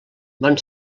van